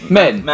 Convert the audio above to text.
men